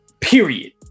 period